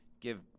give